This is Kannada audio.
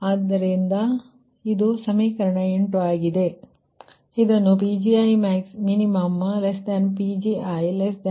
ಆದ್ದರಿಂದ ಇದು ಸಮೀಕರಣ 8 ಆಗಿದೆ